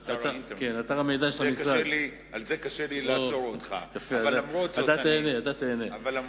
על זה קשה לי לעצור אותך, אבל למרות זאת חצי משפט.